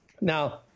Now—